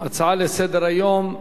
נעבור להצעות לסדר-היום בנושא: